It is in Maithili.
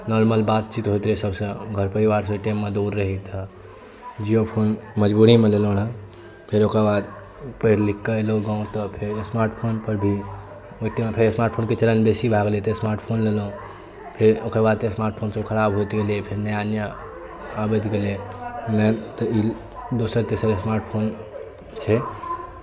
नॉर्मल बातचीत होइत रहै सभसँ घरमे परिवारसँ ओहि टाइममे दूर रही तऽ जिओ फोन मजबूरीमे लेलहुँ रहए फेर ओकर बाद पढ़ि लिखिके एलहुँ गाँव तऽ फेर स्मार्ट फोन पर भी ओहि टाइम रहै स्मार्ट फोनके चलन बेसी भए गेल रहै ताहि दुआरे स्मार्ट फोन लेलहुँ फेर ओकर बाद स्मार्ट फोनसभ खराब होइत गेलै फेर नया नया आबैत गेलै तऽ ई दोसर तेसर स्मार्ट फोन छै